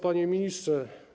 Panie Ministrze!